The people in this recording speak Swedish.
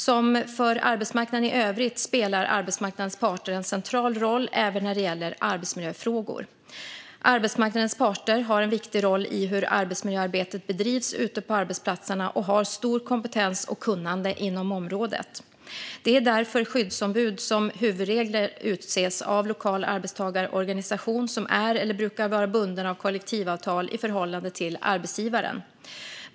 Som för arbetsmarknaden i övrigt spelar arbetsmarknadens parter en central roll även när det gäller arbetsmiljöfrågor. Arbetsmarknadens parter har en viktig roll i hur arbetsmiljöarbetet bedrivs ute på arbetsplatserna och har stor kompetens och stort kunnande inom området. Det är därför skyddsombud som huvudregel utses av lokal arbetstagarorganisation som är eller brukar vara bunden av kollektivavtal i förhållande till arbetsgivaren.